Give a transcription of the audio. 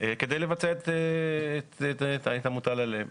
כדי לבצע את המוטל עליהם.